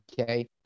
Okay